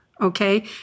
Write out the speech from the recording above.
Okay